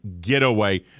Getaway